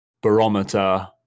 barometer